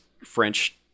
French